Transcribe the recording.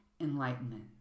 enlightenment